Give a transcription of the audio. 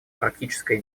практической